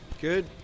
Good